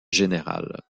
général